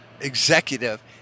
executive